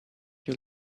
you